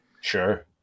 Sure